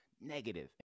negative